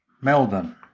Melbourne